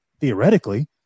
theoretically